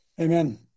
Amen